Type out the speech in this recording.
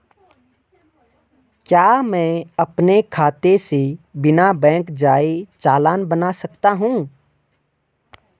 क्या मैं अपने खाते से बिना बैंक जाए चालान बना सकता हूँ?